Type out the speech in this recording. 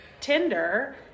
Tinder